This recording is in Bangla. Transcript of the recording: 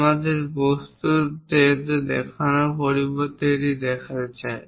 আমরা বস্তুর মধ্যে দেখানোর পরিবর্তে দেখাতে চাই